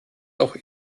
auch